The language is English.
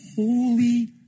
Holy